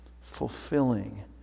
fulfilling